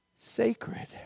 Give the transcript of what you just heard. sacred